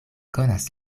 konas